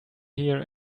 here